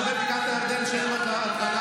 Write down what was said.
את אמרת לתושבי בקעת הירדן שהם הטרלה.